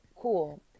cool